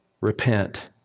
Repent